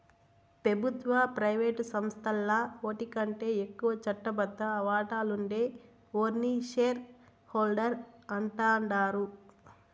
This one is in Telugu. పెబుత్వ, ప్రైవేటు సంస్థల్ల ఓటికంటే ఎక్కువ చట్టబద్ద వాటాలుండే ఓర్ని షేర్ హోల్డర్స్ అంటాండారు